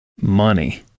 money